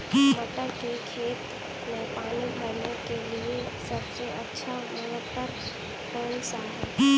मटर के खेत में पानी भरने के लिए सबसे अच्छा मोटर कौन सा है?